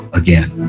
again